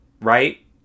right